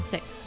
Six